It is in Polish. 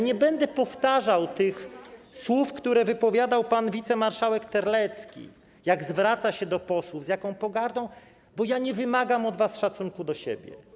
Nie będę powtarzał tych słów, które wypowiadał pan wicemarszałek Terlecki, tego, jak zwraca się do posłów, z jaką pogardą, bo ja nie wymagam od was szacunku do siebie.